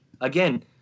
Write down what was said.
Again